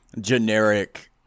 generic